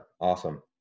awesome